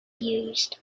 used